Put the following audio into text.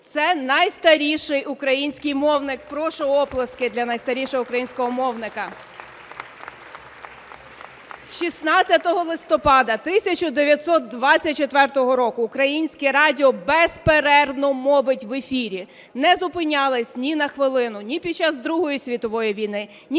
Це найстаріший український мовник. Прошу оплески для найстарішого українського мовника. (Оплески) З 16 листопада 1924 року Українське радіо безперервно мовить в ефірі, не зупинялось ні на хвилину ні під час Другої світової війни, ні